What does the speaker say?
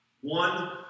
One